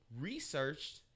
researched